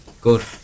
good